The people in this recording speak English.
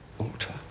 altar